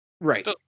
Right